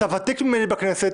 אתה ותיק ממני בכנסת,